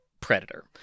predator